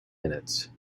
minutes